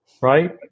right